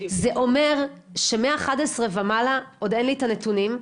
זה אומר שמ-11 ומעלה עוד אין לי את הנתונים.